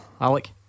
Alec